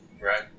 Right